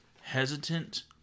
hesitant